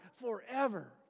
forever